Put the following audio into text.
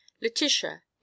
Letitia